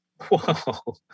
Whoa